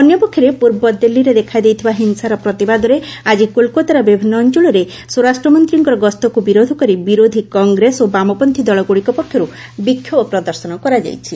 ଅନ୍ୟପକ୍ଷରେ ପୂର୍ବ ଦିଲ୍ଲୀରେ ଦେଖାଦେଇଥିବା ହିଂସାର ପ୍ରତିବାଦରେ ଆଜି କୋଲ୍କାତାର ବିଭିନ୍ନ ଅଞ୍ଚଳରେ ସ୍ୱରାଷ୍ଟ୍ର ମନ୍ତ୍ରୀଙ୍କ ଗସ୍ତକୁ ବିରୋଧ କରି ବିରୋଧୀ କଂଗ୍ରେସ ଓ ବାମପନ୍ଥୀ ଦଳଗୁଡ଼ିକ ପକ୍ଷରୁ ବିକ୍ଷୋଭ ପ୍ରଦର୍ଶନ କରାଯାଇଛି